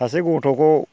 सासे गथ'खौ